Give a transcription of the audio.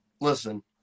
Listen